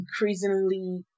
increasingly